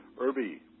Irby